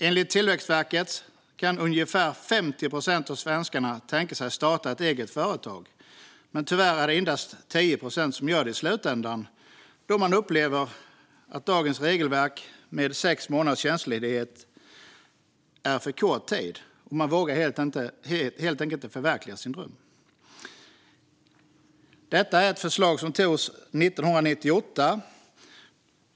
Enligt Tillväxtverket kan ungefär 50 procent av svenskarna tänka sig att starta ett eget företag, men tyvärr är det endast 10 procent som gör det i slutändan eftersom de upplever att dagens regelverk som ger sex månaders tjänstledighet är för kort tid. Man vågar helt enkelt inte förverkliga sin dröm. Detta är ett förslag som antogs 1998.